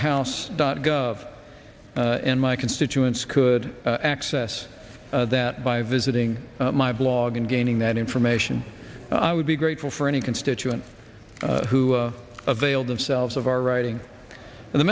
house and my constituents could access that by visiting my blog and gaining that information i would be grateful for any constituent who avail themselves of our writing and the